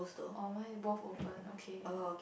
orh mine both open okay